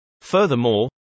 Furthermore